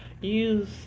use